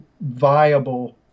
viable